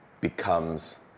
becomes